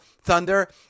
Thunder